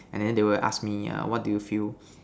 and then they will ask me err what do you feel